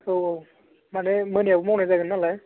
औ औ माने मोनायावबो मावनाय जागोन नालाय